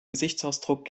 gesichtsausdruck